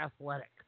athletic